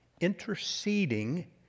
interceding